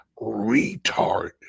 retard